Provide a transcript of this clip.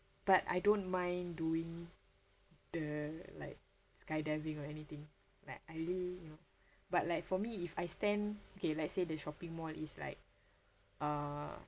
but I don't mind doing the like skydiving or anything like I really you know but like for me if I stand okay let's say the shopping mall it's like uh